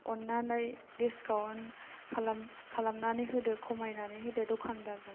अन्नानै डिस्काउन्ट खालाम खालामनानै होदो खमायनानै होदो द'खानदारजों